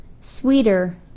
sweeter